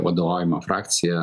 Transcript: vadovaujamą frakciją